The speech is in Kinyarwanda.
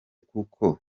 kuko